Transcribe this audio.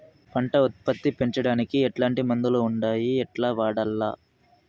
పంట ఉత్పత్తి పెంచడానికి ఎట్లాంటి మందులు ఉండాయి ఎట్లా వాడల్ల?